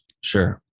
Sure